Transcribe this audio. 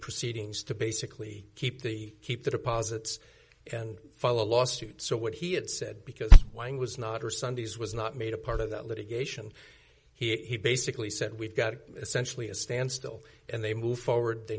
proceedings to basically keep the keep the deposits and file a lawsuit so what he had said because wang was not or sundays was not made a part of that litigation he basically said we've got essentially a standstill and they moved forward they